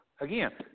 Again